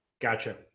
Gotcha